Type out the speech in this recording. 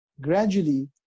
gradually